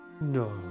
No